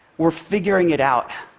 we're figuring it out.